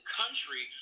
country